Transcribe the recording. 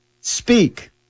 Speak